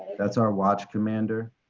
that's our watch commander